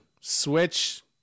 Switch